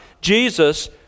Jesus